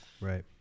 Right